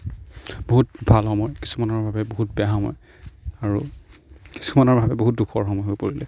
বহুত ভাল সময় কিছুমানৰ বাবে বহুত বেয়া সময় আৰু কিছুমানৰ বাবে বহুত দুখৰ সময় হৈ পৰিলে